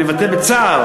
אני מבטא בצער,